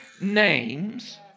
names